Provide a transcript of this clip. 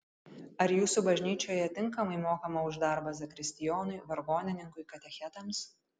ar jūsų bažnyčioje tinkamai mokama už darbą zakristijonui vargonininkui katechetams